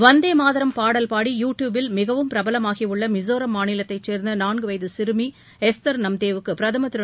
வந்தே மாதரம் பாடல் பாடி யூ ட்யூப்பில் மிகவும் பிரபலமாகியுள்ள மிசோராம் மாநிலத்தைச் சேர்ந்த நான்கு வயது சிறுமி எஸ்தர் நம்தே வுக்குப் பிரதமர் திரு